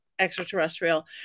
Extraterrestrial